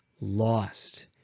lost